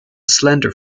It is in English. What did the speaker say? slender